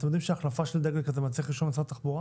אתם יודעים שהחלפה של דגל כזה מצריך רישיון של משרד התחבורה?